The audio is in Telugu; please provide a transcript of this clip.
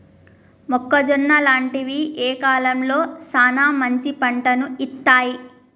మొక్కజొన్న లాంటివి ఏ కాలంలో సానా మంచి పంటను ఇత్తయ్?